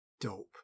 Dope